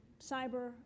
cyber